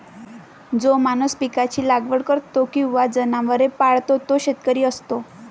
जो माणूस पिकांची लागवड करतो किंवा जनावरे पाळतो तो शेतकरी असतो